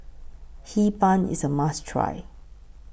Hee Pan IS A must Try